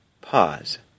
pause